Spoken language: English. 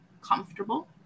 comfortable